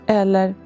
eller